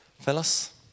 Phyllis